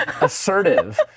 assertive